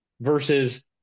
versus